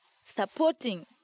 supporting